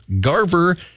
Garver